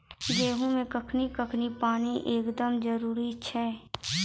गेहूँ मे कखेन कखेन पानी एकदमें जरुरी छैय?